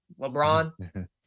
lebron